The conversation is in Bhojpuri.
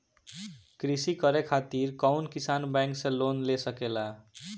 कृषी करे खातिर कउन किसान बैंक से लोन ले सकेला?